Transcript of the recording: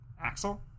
Axel